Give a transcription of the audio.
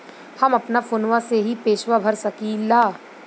हम अपना फोनवा से ही पेसवा भर सकी ला?